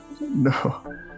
no